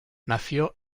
nació